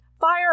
Fire